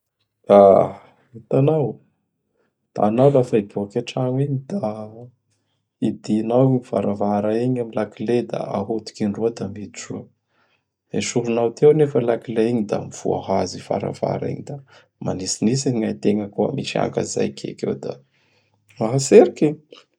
Hitanao! Da anao lafa hiboaky an-trano igny da hidinao i varavara igny am lakle da ahodiky indroa da mihidy soa. Esorinao teo anefa i lakle igny da mivoha ho azy i varavara igny da manitsinitsy gny aitegna koa misy angatsy zay akaiky eo da mahatseriky!